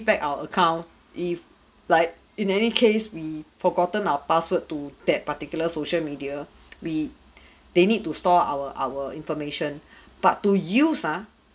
back our account if like in any case we forgotten our password to that particular social media we they need to store our our information but to use ah